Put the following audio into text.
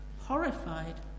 horrified